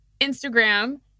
Instagram